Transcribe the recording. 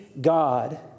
God